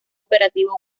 operativo